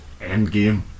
Endgame